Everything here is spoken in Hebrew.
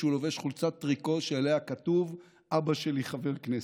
כשהוא לובש חולצת טריקו שעליה כתוב "אבא שלי חבר כנסת".